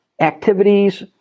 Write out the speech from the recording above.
activities